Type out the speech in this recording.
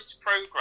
program